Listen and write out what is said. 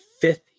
fifth